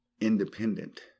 independent